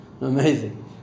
amazing